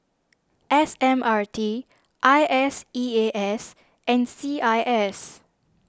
S M R T I S E A S and C I S